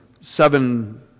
Seven